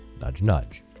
nudge-nudge